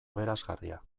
aberasgarria